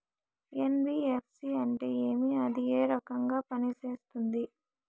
NBFC అంటే ఏమి అది ఏ రకంగా పనిసేస్తుంది